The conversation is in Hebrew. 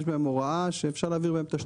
יש בהם הוראה שאפשר להעביר בהם תשתית.